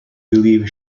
believe